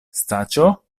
staĉjo